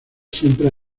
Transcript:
siempre